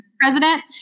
president